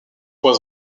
was